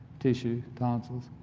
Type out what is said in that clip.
tissue, tons ah so